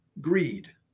greed